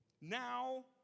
Now